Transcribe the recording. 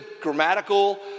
grammatical